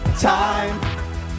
time